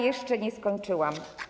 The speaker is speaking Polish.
Jeszcze nie skończyłam.